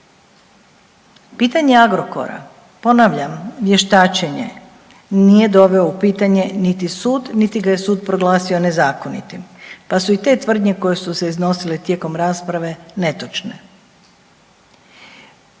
Pitanje Agrokora, ponavljam, vještačenje nije doveo u pitanje niti sud niti ga je sud proglasio nezakonitim pa su i te tvrdnje koje su se iznosile tijekom rasprave netočne.